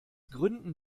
gründen